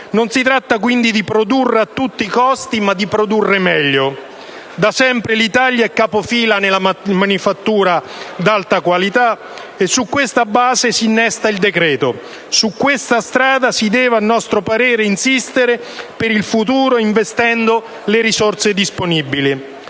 Non si tratta, quindi, di produrre a tutti i costi, ma di produrre meglio. Da sempre l'Italia è capofila nella manifattura di alta qualità e su questa base si innesta il decreto-legge; su questa strada si deve, a nostro parere, insistere per il futuro investendo le risorse disponibili.